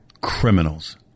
criminals